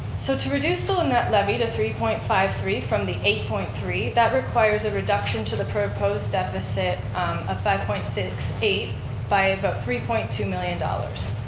so to reduce the and net levy to three point five three from the eight point three, that requires a reduction to the proposed deficit ah five point six eight by about three point two million dollars.